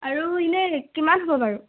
আৰু এনেই কিমান হ'ব বাৰু